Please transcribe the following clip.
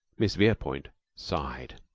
miss verepoint sighed.